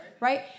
right